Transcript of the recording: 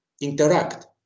interact